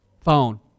phone